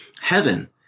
heaven